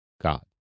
God